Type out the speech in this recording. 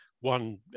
one